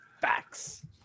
Facts